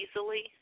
easily